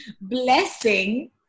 blessing